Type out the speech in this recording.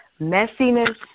messiness